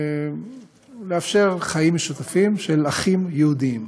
לאפשר חיים משותפים של אחים יהודים.